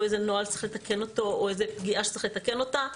נוהל שצריך לתקן אותו או פגיעה שצריך לתקן אותה,